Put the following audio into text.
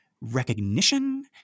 recognition